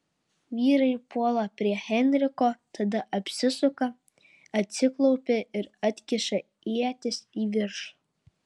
vyrai puola prie henriko tada apsisuka atsiklaupia ir atkiša ietis į viršų